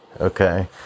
okay